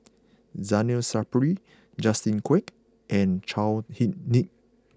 Zainal Sapari Justin Quek and Chao Hick Tin